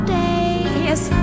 days